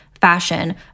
fashion